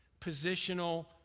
positional